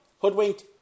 Hoodwinked